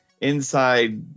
inside